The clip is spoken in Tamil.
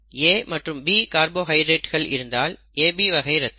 A மற்றும் B கார்போஹைட்ரேட்கள் இருந்தால் AB வகை ரத்தம்